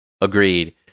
Agreed